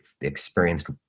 experienced